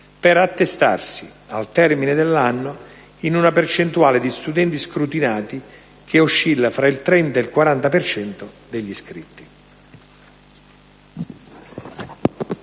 per attestarsi, al termine dell'anno, in una percentuale di studenti scrutinati che oscilla tra il 30 ed il 40 per cento degli iscritti.